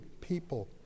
people